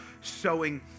sowing